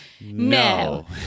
No